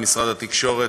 על משרד התקשורת.